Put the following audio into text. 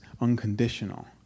unconditional